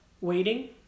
Waiting